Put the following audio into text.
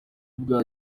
bwa